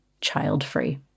child-free